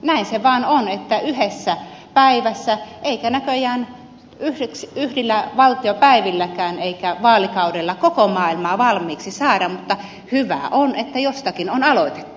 näin se vaan on ettei yhdessä päivässä eikä näköjään yksillä valtiopäivilläkään eikä vaalikaudella koko maailmaa valmiiksi saada mutta hyvä on että jostakin on aloitettu